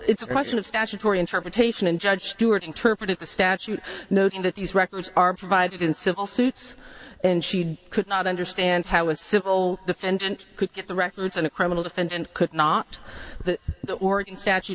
it's a question of statutory interpretation and judge stuart interpreted the statute noting that these records are provided in civil suits and she could not understand how a civil defendant could get the records on a criminal offense and could not the oregon